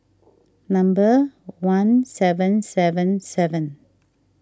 number one seven seven seven